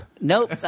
Nope